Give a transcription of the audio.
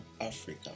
Africa